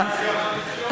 הקואליציוניים.